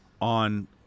on